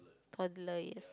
toddler yes